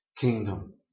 kingdom